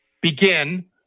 begin